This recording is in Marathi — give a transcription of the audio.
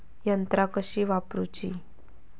यंत्रा कशी वापरूची?